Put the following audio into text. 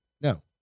No